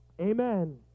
Amen